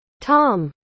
Tom